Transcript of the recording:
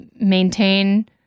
maintain